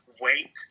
wait